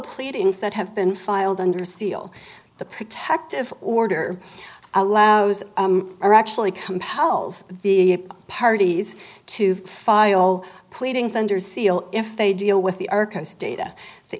pleadings that have been filed under seal the protective order allows or actually compels the parties to file pleadings under seal if they deal with the arcus data the